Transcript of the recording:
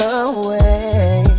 away